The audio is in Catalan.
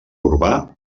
urbà